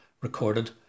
recorded